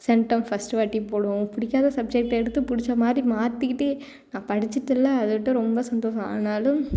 centum first வாட்டி போடுவோம் பிடிக்காத சப்ஜெக்ட் எடுத்து பிடிச்ச மாதிரி மாற்றிக்கிட்டு நான் படிச்சிட்டேன்ல அதை விட ரொம்ப சந்தோஷம் ஆனாலும்